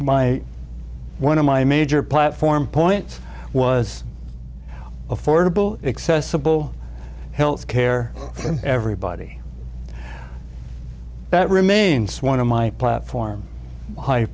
my one of my major platform point was affordable accessible health care for everybody that remains one of my platform hi